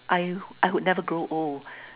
I I would never grow old